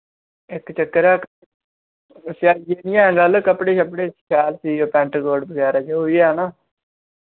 होर इक चक्कर ऐ सेयाई दी नेईं ऐ गल्ल कपड़े शपड़े शैल सिओ पैंट कोट बगैरा जो बी ऐ ना